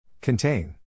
Contain